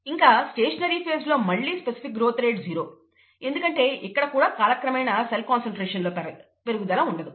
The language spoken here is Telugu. ఇంకా స్టేషనరీ ఫేజ్లో మళ్ళీ స్పెసిఫిక్ గ్రోత్ రేట్ జీరో ఎందుకంటే ఇక్కడ కూడా కాలక్రమేణా సెల్ కాన్సన్ట్రేషన్ లో పెరుగుదల ఉండదు